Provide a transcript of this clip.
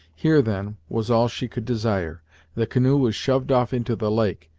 here, then, was all she could desire the canoe was shoved off into the lake,